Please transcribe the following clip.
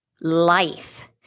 life